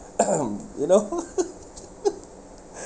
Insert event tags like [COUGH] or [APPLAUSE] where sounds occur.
[COUGHS] you know [LAUGHS]